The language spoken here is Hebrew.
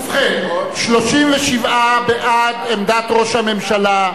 ובכן, 37 בעד עמדת ראש הממשלה,